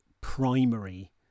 primary